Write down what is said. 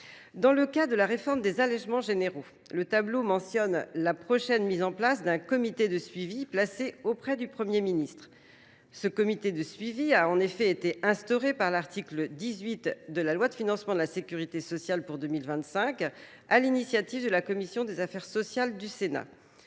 Dans le cas de la réforme des allègements généraux, le tableau mentionne la prochaine mise en place d'un comité de suivi placé auprès du Premier ministre. Ce comité de suivi a en effet été instauré par l'article 18 de la loi de financement de la sécurité sociale pour 2025 à l'initiative de la commission des affaires sociales du Sénat.